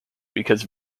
because